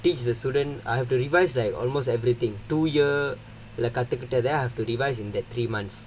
teach the student I have to revise like almost everything two year கத்துக்கிட்டத:kathukkitathaa I have to revise in the three months